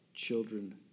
Children